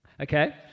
okay